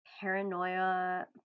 paranoia